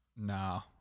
No